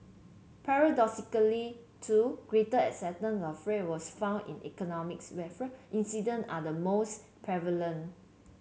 paradoxically too greater acceptance of fraud was found in economies where fraud incident are the most prevalent